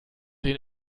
den